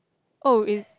oh is